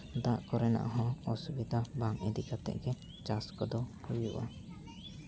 ᱫᱟᱜ ᱠᱚᱨᱮᱱᱟᱜ ᱦᱚᱸ ᱚᱥᱩᱵᱤᱫᱷᱟ ᱵᱟᱝ ᱤᱫᱤ ᱠᱟᱛᱮᱫ ᱜᱮ ᱪᱟᱥ ᱠᱚᱫᱚ ᱦᱩᱭᱩᱜᱼᱟ